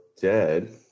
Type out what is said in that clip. dead